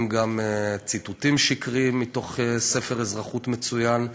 גם ציטוטים שקריים מתוך ספר אזרחות מצוין.